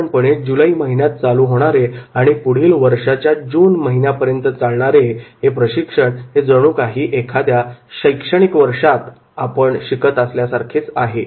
साधारणपणे जुलै महिन्यात चालू होणारे आणि पुढील वर्षाच्या जून महिन्यापर्यंत चालणारे हे प्रशिक्षण हे जणू काही एखाद्या शैक्षणिक वर्षात असल्यासारखेच सारखेच असते